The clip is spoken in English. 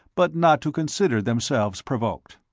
but not to consider themselves provoked.